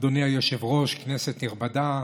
אדוני היושב-ראש, כנסת נכבדה,